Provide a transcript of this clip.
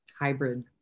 Hybrid